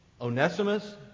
Onesimus